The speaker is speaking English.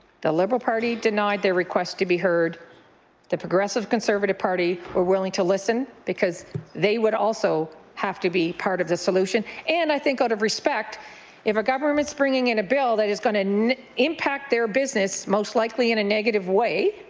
the liberal party denied their request to be heard the progressive conservative party were willing to listen because they would also have to be part of the solution, and i think out of respect if a government is bringing in a bill that is going to and impact their business most likely in a negative way,